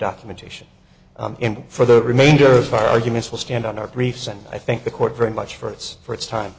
documentation for the remainder of our arguments will stand on our briefs and i think the court very much for its for its time